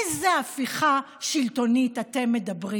על איזו הפיכה שלטונית אתם מדברים?